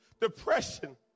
depression